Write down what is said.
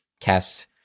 cast